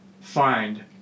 Find